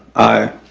i